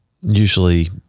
usually